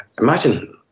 Imagine